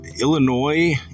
Illinois